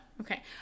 Okay